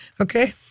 Okay